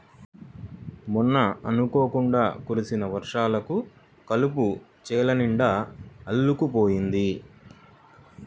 మొన్న అనుకోకుండా కురిసిన వర్షాలకు కలుపు చేలనిండా అల్లుకుపోయింది